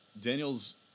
Daniel's